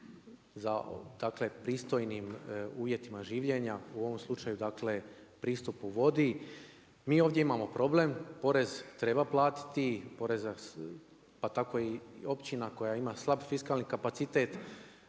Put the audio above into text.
pristojnim uvjetima življenja u ovom slučaju, dakle pristupu vodi. Mi ovdje imamo problem, porez treba platiti, pa tako i općina koja ima slab fiskalni kapacitet,